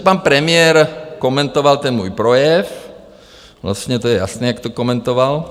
Pan premiér komentoval ten můj projev, vlastně je jasné, jak to komentoval.